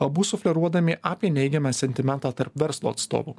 abu sufleruodami apie neigiamą sentimentą tarp verslo atstovų